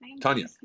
Tanya